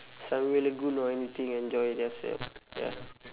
sunway lagoon or anything enjoy theirselves ya